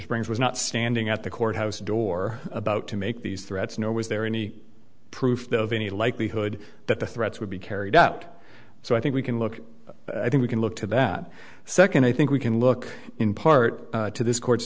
springs was not standing at the courthouse door about to make these threats nor was there any proof of any likelihood that the threats would be carried out so i think we can look i think we can look to that second i think we can look in part to this court's